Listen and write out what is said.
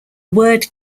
word